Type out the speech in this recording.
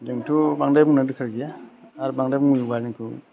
जोंथ' बांद्राय बुंनो दरखार गैया आरो बांद्राय बुङोबा जोंखौ